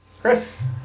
Chris